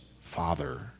father